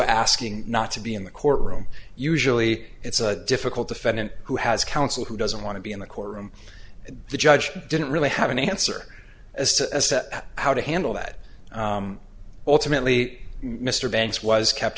asking not to be in the courtroom usually it's a difficult defendant who has counsel who doesn't want to be in the courtroom the judge didn't really have an answer as to a set how to handle that ultimately mr banks was kept